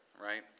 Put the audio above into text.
right